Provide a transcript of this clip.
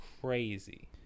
crazy